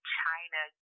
china